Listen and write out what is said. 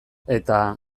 eta